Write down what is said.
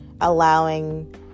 allowing